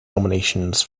nominations